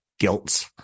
guilt